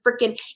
freaking